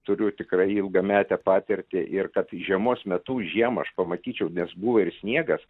turiu tikrai ilgametę patirtį ir kad žiemos metu žiemą aš pamatyčiau nes buvo ir sniegas